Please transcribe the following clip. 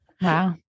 Wow